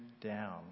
down